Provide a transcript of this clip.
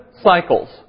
cycles